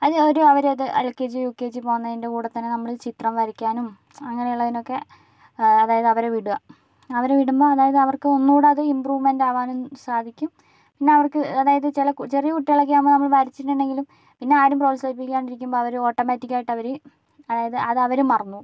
അത് അവർ അത് L K G U K G പോകുന്നതിൻ്റെ കൂടെത്തന്നെ നമ്മൾ ചിത്രം വരയ്ക്കാനും അങ്ങനെ ഉള്ളതിനൊക്കെ അതായത് അവരെ വിടുക അവരെ വിടുമ്പോൾ അതായത് അവർക്ക് ഒന്നുകൂടി അത് ഇമ്പ്രൂവ്മെൻ്റ് ആവാനും സാധിക്കും പിന്നെ അവർക്ക് അതായത് ചില ചെറിയ കുട്ടികളൊക്കെ ആവുമ്പോൾ നമ്മൾ വരച്ചിട്ടുണ്ടെങ്കിലും പിന്നെ ആരും പ്രോത്സാഹിപ്പിക്കാണ്ടിരിക്കുമ്പോൾ അവർ ഓട്ടോമാറ്റിക്കായിട്ട് അവർ അതായത് അത് അവർ മറന്നു പോകും